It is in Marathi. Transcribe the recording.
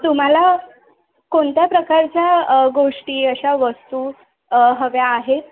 तुम्हाला कोणत्या प्रकारच्या गोष्टी अशा वस्तू हव्या आहेत